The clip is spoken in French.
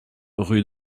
rue